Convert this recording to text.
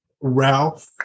Ralph